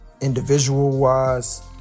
individual-wise